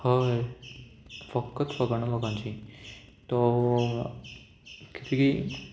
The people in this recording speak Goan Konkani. हय फकत फकाणां लोकांची तो किदें की